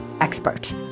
expert